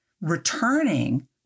Returning